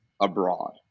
abroad